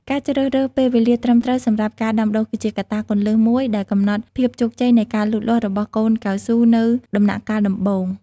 ការជ្រើសរើសពេលវេលាត្រឹមត្រូវសម្រាប់ការដាំដុះ គឺជាកត្តាគន្លឹះមួយដែលកំណត់ភាពជោគជ័យនៃការលូតលាស់របស់កូនកៅស៊ូនៅដំណាក់កាលដំបូង។